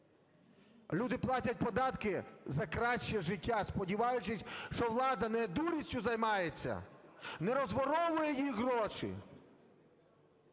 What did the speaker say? Люди платять податки за краще життя, сподіваючись, що влада не дурістю займається, не розворовує їх гроші,